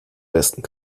besten